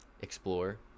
explore